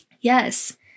Yes